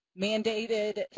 mandated